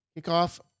Kickoff